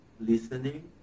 listening